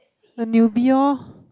the newbie orh